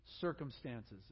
circumstances